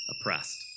oppressed